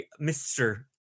Mr